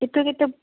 କେତେ କେତେ